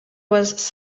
was